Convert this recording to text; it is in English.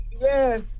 Yes